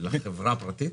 לחברה פרטית?